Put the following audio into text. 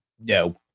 no